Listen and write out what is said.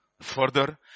further